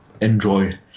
enjoy